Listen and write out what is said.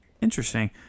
Interesting